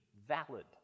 valid